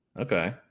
Okay